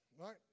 right